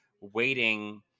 waiting